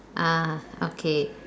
ah okay